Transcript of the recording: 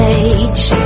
age